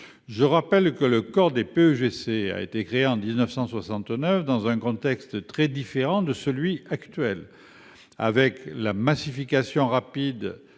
Je rappelle que le corps des PEGC a été créé en 1969 dans un contexte très différent : massification rapide